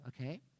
okay